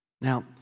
Now